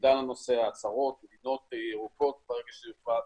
המידע לנוסע, הצהרות, מדינות ירוקות ברגע שיקבע,